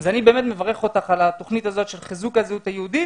אז אני באמת מברך אותך על התוכנית הזאת של חיזוק הזהות היהודית